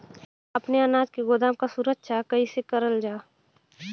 अपने अनाज के गोदाम क सुरक्षा कइसे करल जा?